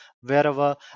Wherever